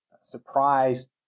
surprised